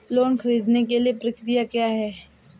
Loan ख़रीदने के लिए प्रक्रिया क्या है?